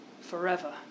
Forever